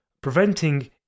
preventing